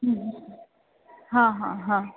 हां हां हां